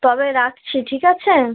তবে রাখছি ঠিক আছে